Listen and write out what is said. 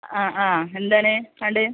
ആ ആ എന്താണ് വേണ്ടത്